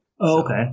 Okay